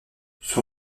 son